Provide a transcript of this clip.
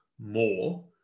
more